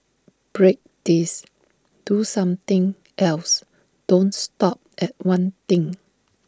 break this do something else don't stop at one thing